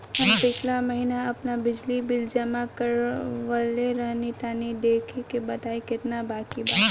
हम पिछला महीना आपन बिजली बिल जमा करवले रनि तनि देखऽ के बताईं केतना बाकि बा?